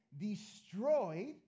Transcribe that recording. destroyed